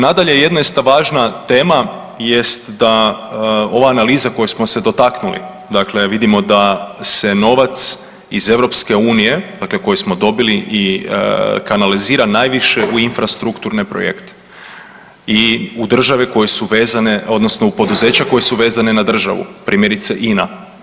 Nadalje jedna isto važna tema jest da ova analiza koje smo se dotaknuli dakle vidimo da se novac iz Europske unije dakle koji smo dobili i kanalizira najviše u infrastrukturne projekte i u države koje su vezane odnosno u poduzeća koja su vezana na državu primjerice INA.